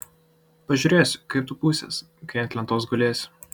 pažiūrėsiu kaip tu pūsies kai ant lentos gulėsi